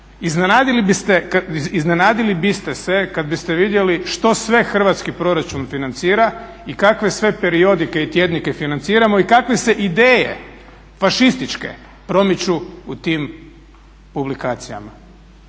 Iznenadili bi ste se kad biste vidjeli što sve hrvatski proračun financira i kakve sve periodike i tjednike financiramo i kakve se ideje fašističke promiču u tim publikacijama.